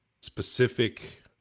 specific